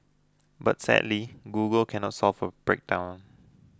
but sadly Google can not solve a breakdown